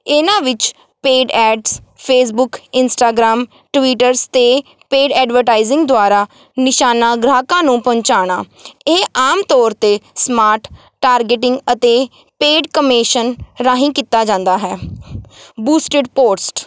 ਇਨ੍ਹਾਂ ਵਿੱਚ paid ads Facebook Instagram Twitters 'ਤੇ ਪੇਡ ਐਡਵਰਟਾਈਜ਼ਿੰਗ ਦੁਆਰਾ ਨਿਸ਼ਾਨਾ ਗ੍ਰਾਹਕਾਂ ਨੂੰ ਪਹੁੰਚਾਉਣਾ ਇਹ ਆਮ ਤੌਰ 'ਤੇ ਸਮਾਟ ਟਾਰਗੀਟਿੰਗ ਅਤੇ ਪੇਡ ਕਮਿਸ਼ਨ ਰਾਹੀਂ ਕੀਤਾ ਜਾਂਦਾ ਹੈ ਬੂਸਟਡ ਪੋਸਟ